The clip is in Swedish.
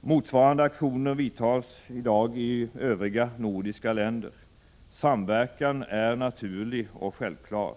Motsvarande aktioner vidtas i dag i övriga nordiska länder. Samverkan är naturlig och självklar.